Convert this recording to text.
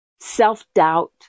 Self-doubt